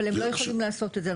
אבל הם לא יכולים לעשות את זה.